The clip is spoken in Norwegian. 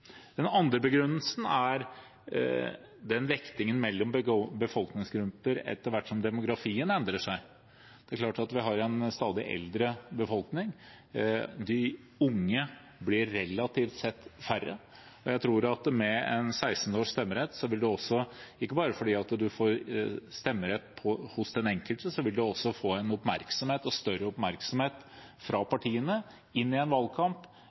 Den andre begrunnelsen er vektingen mellom befolkningsgrupper etter hvert som demografien endrer seg. Vi har en stadig eldre befolkning, og de unge blir relativt sett færre. Jeg tror at med 16 års stemmerett vil en ikke bare få en rett for den enkelte; de som er i den aldersgruppen, vil også få større oppmerksomhet fra partiene i en valgkamp